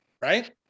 right